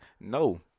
No